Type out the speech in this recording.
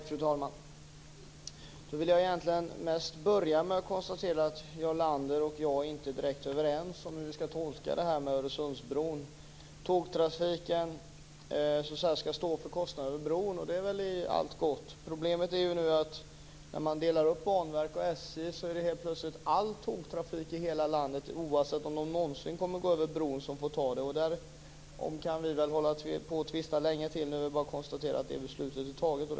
Fru talman! Jag vill börja med att konstatera att Jarl Lander och jag inte är överens om hur vi ska tolka detta med Öresundsbron. Tågtrafiken över bron ska stå för kostnaden. Det är väl gott. Men när man delar upp Banverket och SJ ska plötsligt all tågtrafik i hela landet ta den, oavsett om den någonsin kommer över bron. Därom kan vi tvista länge till. Det är bara att konstatera att beslutet är fattat.